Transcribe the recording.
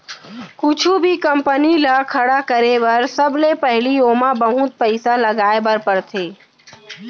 कुछु भी कंपनी ल खड़ा करे बर सबले पहिली ओमा बहुत पइसा लगाए बर परथे